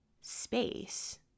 space